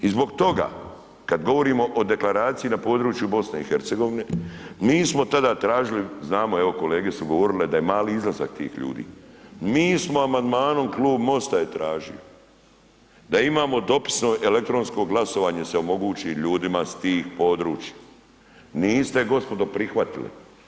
I zbog toga kada govorimo o deklaraciji na području BiH Mi smo tada tražili, znamo evo kolege su govorile da je mali izlazak tih ljudi, mi smo amandmanom, Klub MOST-a je tražio da imamo dopisno elektronsko glasovanje se omogući ljudima s tih područja, niste gospodo prihvatili.